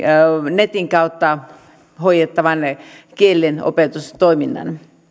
netin kautta hoidettava kielenopetustoiminta